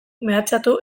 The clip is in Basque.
mehatxatu